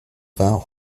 vingt